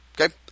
okay